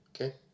Okay